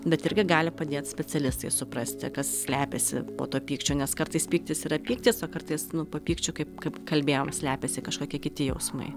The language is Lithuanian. bet irgi gali padėt specialistai suprasti kas slepiasi po tuo pykčiu nes kartais pyktis yra pyktis o kartais nu po pykčiu kaip kaip kalbėjom slepiasi kažkokie kiti jausmai